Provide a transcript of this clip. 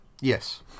Yes